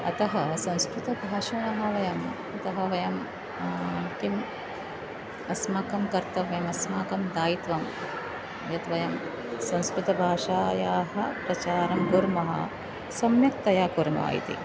अतः संस्कृतभाषिणः वयम् अतः वयं किम् अस्माकं कर्तव्यम् अस्माकं दायित्वं यत् वयं संस्कृतभाषायाः प्रचारं कुर्मः सम्यक्तया कुर्मः इति